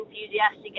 enthusiastic